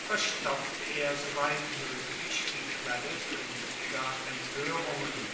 verstopfte er soweit moeglich die quelle kuenftiger empoerungen